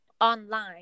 online